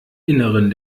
innern